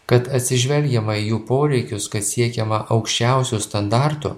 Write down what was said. kad atsižvelgiama į jų poreikius kad siekiama aukščiausių standartų